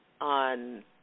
on